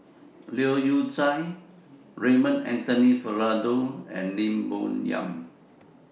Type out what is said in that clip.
Leu Yew Chye Raymond Anthony Fernando and Lim Bo Yam